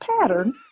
pattern